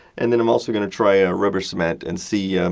and then, i'm also going to try ah rubber cement and see,